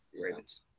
Ravens